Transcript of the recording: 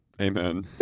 Amen